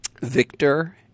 Victor